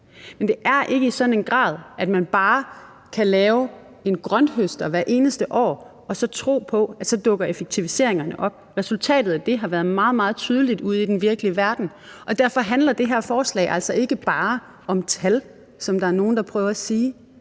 Men det er ikke i sådan en grad, at man bare kan lave en grønthøster hvert eneste år og så tro på, at så dukker effektiviseringerne op. Resultatet af det har været meget, meget tydeligt ude i den virkelige verden, og derfor handler det her forslag altså ikke bare om tal, som nogle prøver at sige.